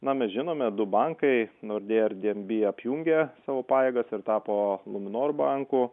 na mes žinome du bankai nordea ir di en bi apjungė savo pajėgas ir tapo luminor banku